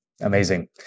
Amazing